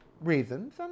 reasons